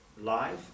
life